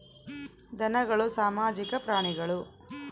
ಧನಗಳು ಸಾಮಾಜಿಕ ಪ್ರಾಣಿಗಳು